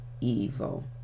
evil